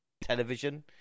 television